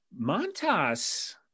Montas